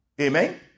Amen